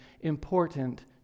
important